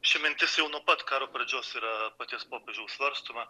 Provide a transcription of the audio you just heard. ši mintis jau nuo pat karo pradžios yra paties popiežiaus svarstoma